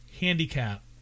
handicap